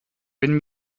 wenn